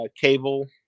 Cable